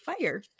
fire